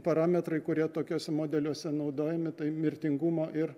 parametrai kurie tokiuose modeliuose naudojami tai mirtingumo ir